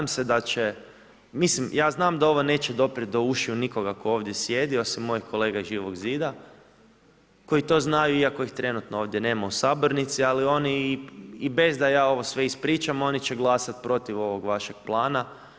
Mislim, ja znam da ovo neće doprijeti do ušiju nikoga tko ovdje sjedi, osim moje kolege iz Živog zida, koji to znaju, iako ih trenutno ovdje nema u sabornici, ali oni i bez da ja ovo sve ispričam, oni će glasati protiv ovog vašeg plana.